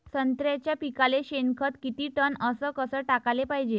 संत्र्याच्या पिकाले शेनखत किती टन अस कस टाकाले पायजे?